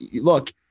look